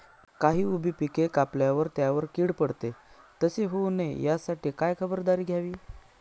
काही उभी पिके कापल्यावर त्यावर कीड पडते, तसे होऊ नये यासाठी काय खबरदारी घ्यावी?